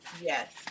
yes